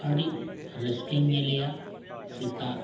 ᱟᱹᱰᱤ ᱨᱟᱹᱥᱠᱟᱹᱧ ᱧᱮᱞᱮᱭᱟ ᱥᱮᱛᱟᱜ